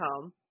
home